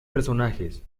personajes